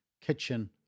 kitchen